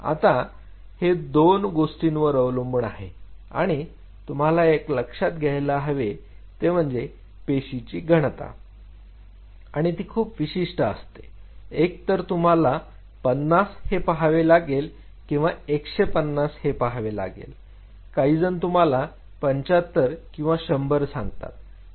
आता हे दोन गोष्टींवर अवलंबून आहे आणि तुम्हाला एक लक्षात घ्यायला हवे ते म्हणजे पेशीची घनता आणि ती खूप विशिष्ट असते एकतर तुम्हाला 50 हे पाहावे लागेल किंवा 150 हे पाहावे लागेल काहीजण तुम्हाला 75 किंवा 100 सांगतात